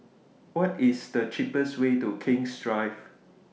What IS The cheapest Way to King's Drive